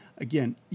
Again